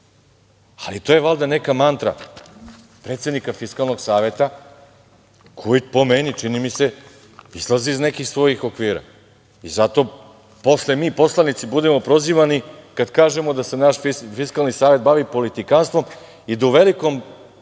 Ali to je valjda neka mantra predsednika Fiskalnog saveta, koji, po mom mišljenju, čini mi se, izlazi iz nekih svojih okvira. Zato posle mi poslanici budemo prozivani kad kažemo da se naš Fiskalni savet bavi politikanstvom i da u velikom